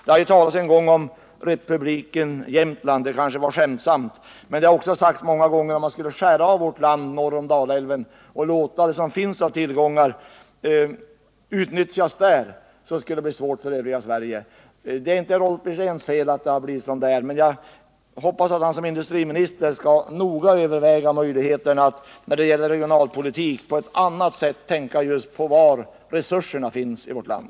Det har talats om republiken Jämtland, och det var kanske skämtsamt. Men det har också sagts att om man skulle skära av vårt land norr om Dalälven och låta det som finns av tillgångar i norr utnyttjas av dem som bor där, så skulle det bli svårt för dem som bor i övriga Sverige. Det är inte Rolf Wirténs fel att det blivit som det är, men jag hoppas att han som arbetsmarknadsminister noga skall överväga möjligheterna att i regionalpolitiska frågor tänka på var resurserna finns i vårt land.